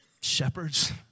shepherds